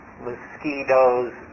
mosquitoes